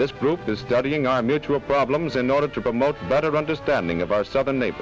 this group is studying our mutual problems in order to promote better understanding of our southern